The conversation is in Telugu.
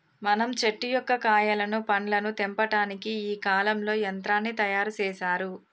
మనం చెట్టు యొక్క కాయలను పండ్లను తెంపటానికి ఈ కాలంలో యంత్రాన్ని తయారు సేసారు